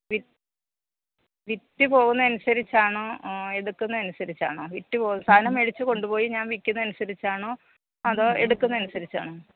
വിറ്റ് പോകുന്ന അനുസരിച്ചാണോ എടുക്കുന്നത് അനുസരിച്ചാണോ വിറ്റ് പോകുന്ന സാധനം മേടിച്ച് കൊണ്ട് പോയി ഞാൻ വിൽക്കുന്ന അനുസരിച്ചാണോ അതോ എടുക്കുന്ന അനുസരിച്ചാണോ